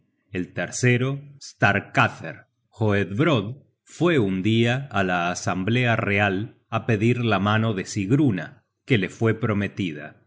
el tercero starkather hoedbrodd fue un dia á la asamblea real á pedir la mano de sigruna que le fue prometida